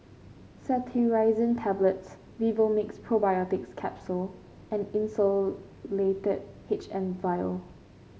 Cetirizine Tablets Vivomixx Probiotics Capsule and Insulatard H M vial